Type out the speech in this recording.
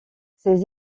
ces